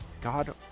God